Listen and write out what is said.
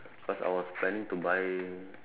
cause I was planning to buy